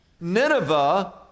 Nineveh